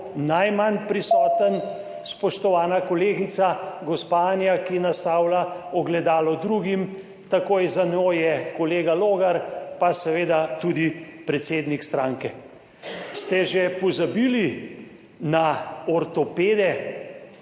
najmanj prisoten? Spoštovana kolegica gospa Anja, ki nastavlja ogledalo drugim. Takoj za njo je kolega Logar pa seveda tudi predsednik stranke. Ste že pozabili na ortopede